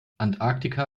antarktika